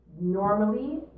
normally